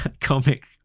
comic